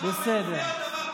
בסדר?